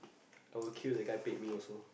I will queue if the guy paid me also